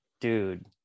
dude